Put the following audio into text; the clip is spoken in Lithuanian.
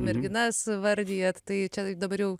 merginas vardijat tai čia dabar jau